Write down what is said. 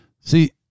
See